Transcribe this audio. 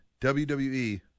wwe